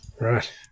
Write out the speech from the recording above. Right